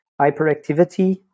hyperactivity